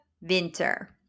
winter